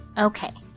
ok,